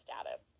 status